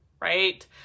right